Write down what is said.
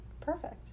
perfect